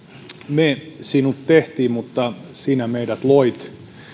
me sinut tehtiin mutta sinä meidät loit